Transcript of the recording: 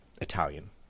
Italian